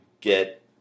get